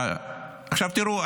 תראו,